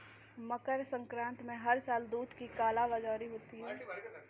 मकर संक्रांति में हर साल दूध की कालाबाजारी होती है